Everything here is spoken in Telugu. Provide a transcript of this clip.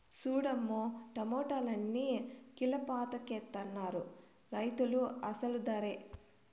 సూడమ్మో టమాటాలన్ని కీలపాకెత్తనారు రైతులు అసలు దరే